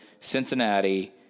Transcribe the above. Cincinnati